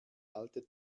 alte